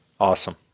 awesome